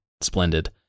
splendid